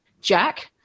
Jack